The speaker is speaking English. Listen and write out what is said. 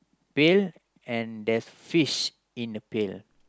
pill and there's fish in the pill